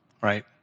right